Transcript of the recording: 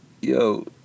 Yo